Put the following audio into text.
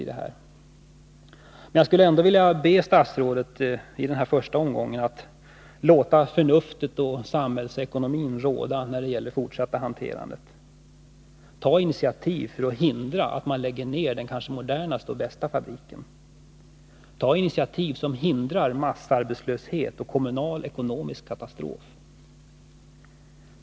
I den första omgången skulle jag till sist ändå vilja be statsrådet att låta förnuftet och hänsynen till samhällsekonomin råda i det fortsätta hanterandet av frågan. Ta initiativ för att hindra att man lägger ner den kanske modernaste och bästa av de här fabrikerna! Ta initiativ som hindrar massarbetslöshet och kommunal ekonomisk katastrof!